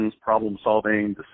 problem-solving